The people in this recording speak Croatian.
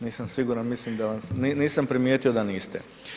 Nisam siguran, mislim da, nisam primijetio da niste.